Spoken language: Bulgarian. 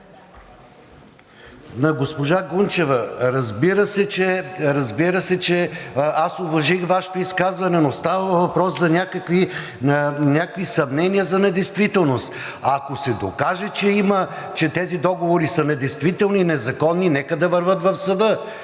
госпожа Гунчева. Разбира се, че аз уважих Вашето изказване, но става въпрос за някакви съмнения за недействителност. Ако се докаже, че тези договори са недействителни, незаконни, нека да вървят в съда,